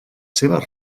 seves